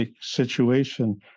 situation